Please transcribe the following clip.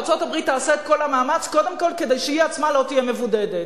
וארצות-הברית תעשה את כל המאמץ קודם כול כדי שהיא עצמה לא תהיה מבודדת.